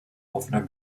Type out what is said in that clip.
offener